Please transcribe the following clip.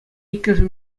иккӗшӗ